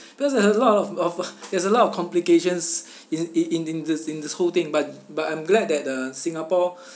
because a lot of of there's a lot of complications in in in this in this whole thing but but I'm glad that uh singapore